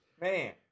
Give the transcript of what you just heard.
man